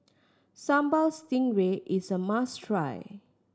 Sambal Stingray is a must try